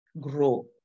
grow